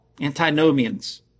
antinomians